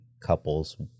couples